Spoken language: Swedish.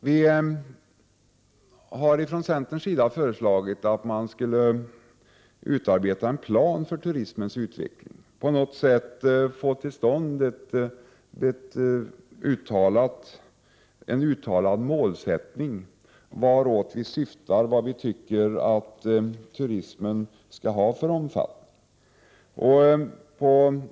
Vi har från centerns sida föreslagit att man skall utarbeta en plan för turismens utveckling och få till stånd en uttalad målsättning, vart vi syftar och vilken omfattning vi tycker att turismen skall ha.